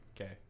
Okay